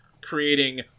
creating